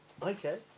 Okay